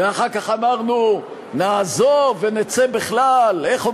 ואחר כך אמרנו: נעזוב ונצא בכלל, איך אומרים?